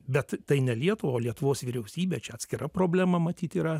bet tai ne lietuvą o lietuvos vyriausybą čia atskira problema matyt yra